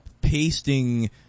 pasting